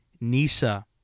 NISA